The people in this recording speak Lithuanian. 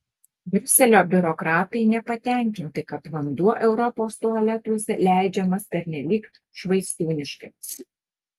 briuselio biurokratai nepatenkinti kad vanduo europos tualetuose leidžiamas pernelyg švaistūniškai